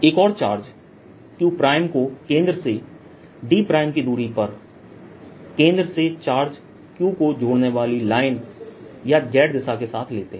एक और charge q prime को केंद्र से d प्राइम की दूरी पर केंद्र से चार्ज q को जोड़ने वाली लाइन या Z दिशा के साथ लेते हैं